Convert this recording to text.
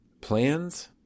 Plans